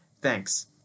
Thanks